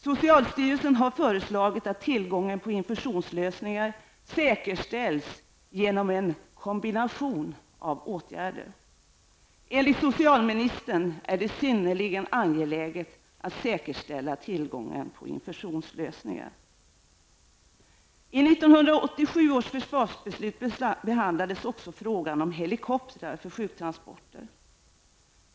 Socialstyrelsen har föreslagit att tillgången på infusionslösningar säkerställs genom en kombination av åtgärder. Enligt socialministern är det synnerligen angeläget att säkerställa tillgången på infusionslösningar. I 1987 års försvarsbeslut behandlades också frågan om helikoptrar för sjuktransporter.